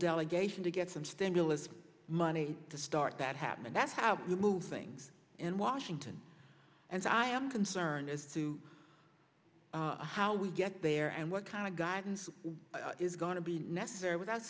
delegation to get some stimulus money to start that happen and that's how you move things in washington and i am concerned as to how we get there and what kind of guidance is going to be necessary without